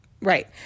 Right